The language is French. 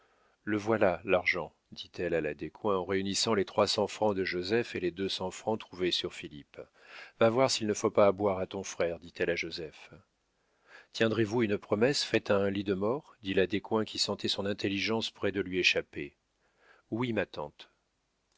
le voilà l'argent dit-elle à la descoings en réunissant les trois cents francs de joseph et les deux cents francs trouvés sur philippe va voir s'il ne faut pas à boire à ton frère dit-elle à joseph tiendrez-vous une promesse faite à un lit de mort dit la descoings qui sentait son intelligence près de lui échapper oui ma tante